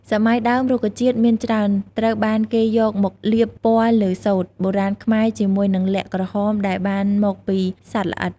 សម័យដើមរុក្ខជាតិជាច្រើនត្រូវបានគេយកមកលាបពណ៌លើសូត្រ បុរាណខ្មែរជាមួយនឹងល័ក្តក្រហមដែលបានមកពីសត្វល្អិត ។